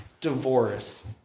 divorce